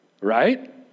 Right